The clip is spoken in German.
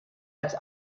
als